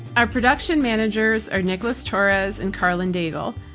our production managers are nicholas torres and karlyn daigle.